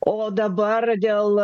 o dabar dėl